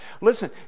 Listen